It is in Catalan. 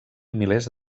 milers